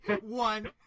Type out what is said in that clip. One